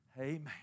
Amen